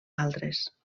altres